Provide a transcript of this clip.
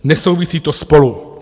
Nesouvisí to spolu.